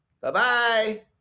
Bye-bye